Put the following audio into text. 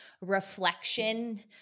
reflection